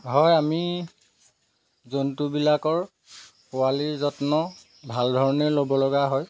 হয় আমি জন্তুবিলাকৰ পোৱালীৰ যত্ন ভালধৰণে ল'ব লগা হয়